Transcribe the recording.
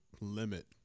limit